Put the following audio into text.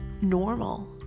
normal